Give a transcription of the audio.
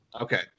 okay